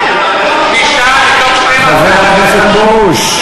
תשעה מתוך 12. חבר הכנסת פרוש,